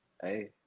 hey